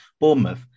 Bournemouth